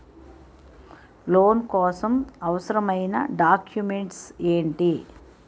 Loan కోసం అవసరమైన documents ఎంటి?